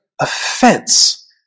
offense